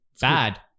bad